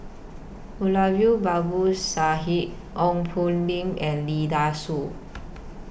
Moulavi Babu Sahib Ong Poh Lim and Lee Dai Soh